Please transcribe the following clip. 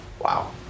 wow